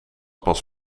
pas